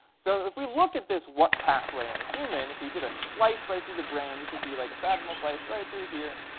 so if we look at this what pathway in a human, if we did a slice right through the brain this would be like a saggital slice right through here.